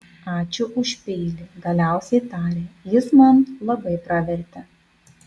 ačiū už peilį galiausiai tarė jis man labai pravertė